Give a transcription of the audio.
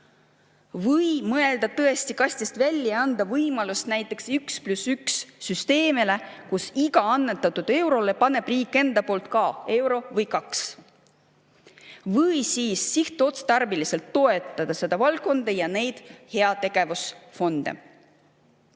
Või mõelda tõesti kastist välja ja anda võimalus näiteks 1 + 1 süsteemile, kus iga annetatud eurole paneb riik ise ka euro või kaks lisaks. Või siis sihtotstarbeliselt toetada seda valdkonda ja neid heategevusfonde.